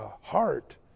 heart